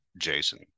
Jason